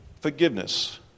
forgiveness